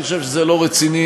אני חושב שזה זה לא רציני.